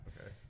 Okay